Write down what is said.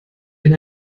bin